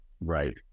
Right